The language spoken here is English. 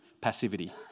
passivity